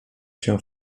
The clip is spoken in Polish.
się